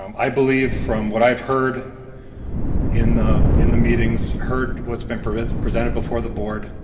um i believe from what i've heard in the in the meetings, heard what's been presented presented before the board,